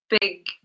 big